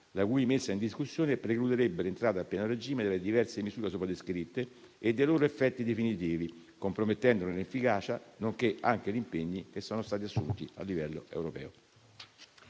la cui messa in discussione precluderebbe l'entrata a pieno regime delle diverse misure sopra descritte e dei loro effetti definitivi, compromettendone l'efficacia, nonché gli impegni che sono stati assunti a livello europeo.